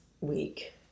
week